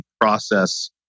process